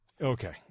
Okay